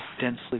densely